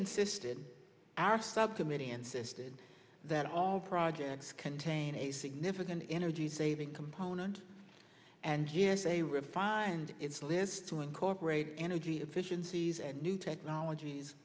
insisted our subcommittee insisted that all projects contain a significant energy saving component and g s a refined its list to incorporate energy efficiencies and new technologies